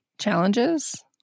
challenges